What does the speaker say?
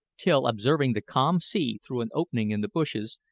till, observing the calm sea through an opening in the bushes,